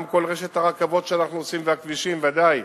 גם כל רשת הרכבות שאנחנו עושים, והכבישים, ודאי,